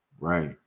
Right